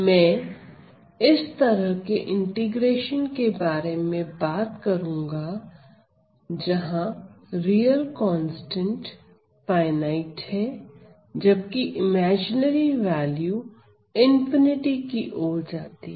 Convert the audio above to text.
मैं इस तरह के इंटीग्रेशन के बारे में बात करूंगा जहां रियल कांस्टेंट फाइनाईट है जबकि इमेजिनरी वैल्यू ∞ की ओर जाती है